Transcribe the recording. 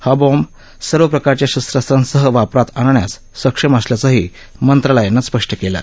हा बॉम्ब सर्व प्रकारच्या शस्त्रास्त्रांसह वापरात आणण्यास सक्षम असल्याचंही मंत्रालयानं स्पष्ट क्लि